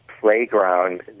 playground